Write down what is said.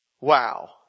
Wow